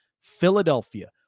Philadelphia